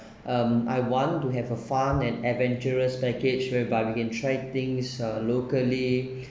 um I want to have a fun and adventurous package whereby we can try things uh locally